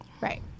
Right